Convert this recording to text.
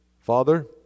Father